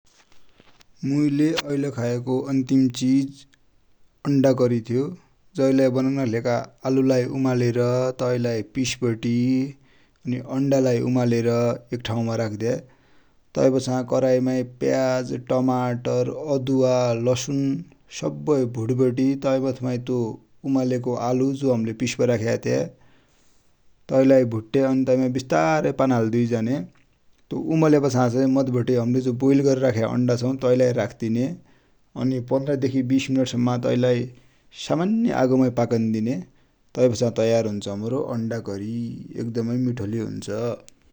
मुइले ऐल खाएको अन्तिम चिज अन्डा करि थ्यो । जै लाइ बनाउनाकि लेखा आलुलाइ उमालेर तै लाइ पिस्बटी, अन्डा लाइ उमालेर एक ठाउ माइ राख्दे, तै पछा कराइमाइ प्याज, टमाटर ,अदुवा ,लसुन सब्बै भुटबटि तै मथि माइ उमालेको आलु जो हमिले पिश बटि राख्या थ्या तै लाइ भुट्ट्या, अनि तैमाइ बिस्तारै पानि हाल्दुइ झान्या ।यतो उमल्यापाछा चाहि हामिले जो बोइल गर्बटी राख्या अन्डा छ तैलाइ रख्दिने पन्ध्र देखि बीश मिनट सम्म्म तैलाइ सामान्य आगो माइ पकन्दिने, तै पछाडि तयार हुन्छ हमरो अन्डा करि।